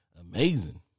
amazing